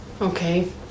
Okay